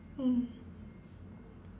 mm